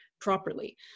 properly